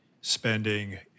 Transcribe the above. spending